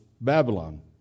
Babylon